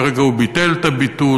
כרגע הוא ביטל את הביטול.